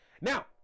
now